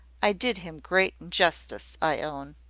i did him great injustice, i own.